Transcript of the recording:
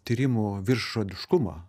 tyrimo viršžodiškumą